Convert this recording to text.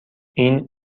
این